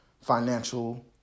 financial